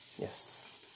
Yes